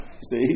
See